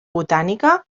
botànica